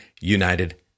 United